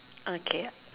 okay